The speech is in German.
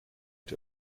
die